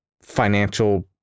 financial